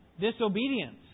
Disobedience